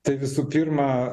tai visų pirma